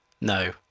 No